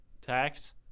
Tax